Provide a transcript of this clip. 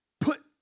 put